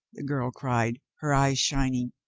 the girl cried, her eyes shining.